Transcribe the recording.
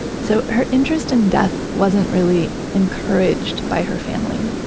so her interest in death wasn't really encouraged by her family,